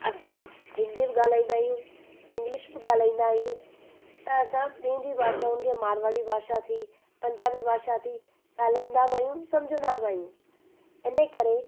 असां हिंदी में ॻाल्हाईंदा आहियूं इंग्लिश बि ॻाल्हाईंदा आहियूं त असां ॿियनि जी भाषाउनि खे मारवाड़ी भाषा थी पंजाबी भाषा थी ॻाल्हाईंदा बि आहियूं सम्झंदा बि आहियूं इन ई करे